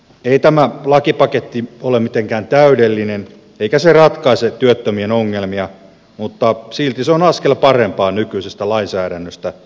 ei tämä lakipaketti ole mitenkään täydellinen eikä se ratkaise työttömien ongelmia mutta silti se on askel parempaan nykyisestä lainsäädännöstä